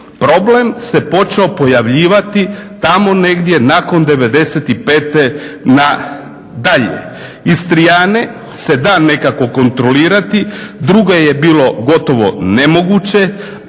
problem se počeo pojavljivati tamo negdje nakon '95. nadalje. Istrijane se da nekako kontrolirati, druge je bilo gotovo nemoguće,